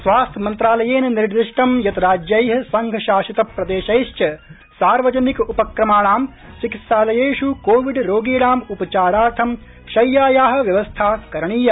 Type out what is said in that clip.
स्वास्थ्य मन्त्रालयेन निर्दिष्ट यत् राज्यै संघ शासित प्रदेशैश्च सार्वजनिक उपक्रमाणा चिकित्सालयेष् कोविड रोगीणां उपचारार्थं शय्याया व्यवस्था करणीया